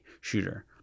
shooter